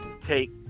take